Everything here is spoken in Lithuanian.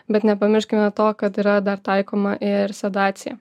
bet nepamirškime to kad yra dar taikoma ir sedacija